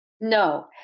No